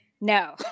no